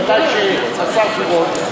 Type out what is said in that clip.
בוודאי השר פירון,